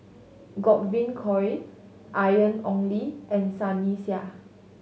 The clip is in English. Godwin Koay Ian Ong Li and Sunny Sia